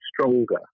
stronger